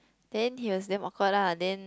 then he was damn awkward lah then